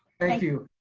thank you.